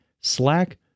Slack